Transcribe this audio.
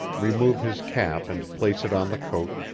remove his cap and place it on the coat,